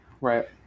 Right